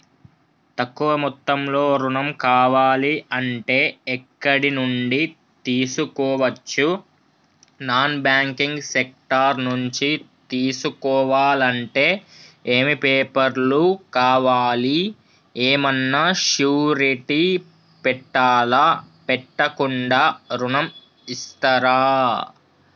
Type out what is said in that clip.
తక్కువ మొత్తంలో ఋణం కావాలి అంటే ఎక్కడి నుంచి తీసుకోవచ్చు? నాన్ బ్యాంకింగ్ సెక్టార్ నుంచి తీసుకోవాలంటే ఏమి పేపర్ లు కావాలి? ఏమన్నా షూరిటీ పెట్టాలా? పెట్టకుండా ఋణం ఇస్తరా?